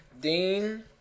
Dean